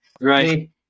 right